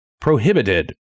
prohibited